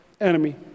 enemy